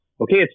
okay